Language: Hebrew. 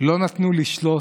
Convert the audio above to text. לא נתנו לשלוט,